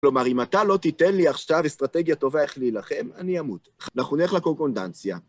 כלומר, אם אתה לא תיתן לי עכשיו אסטרטגיה טובה איך להילחם, אני אמות. אנחנו נלך לקורקונדנציה.